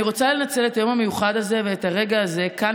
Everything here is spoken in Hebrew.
אני רוצה לנצל את היום המיוחד הזה ואת הרגע הזה כאן,